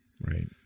Right